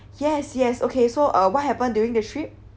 as I yes yes okay so uh what happened during the trip